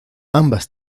ambas